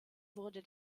wurde